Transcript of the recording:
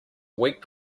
week